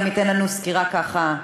גם ייתן לנו סקירה ככה.